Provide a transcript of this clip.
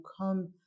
come